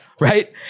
Right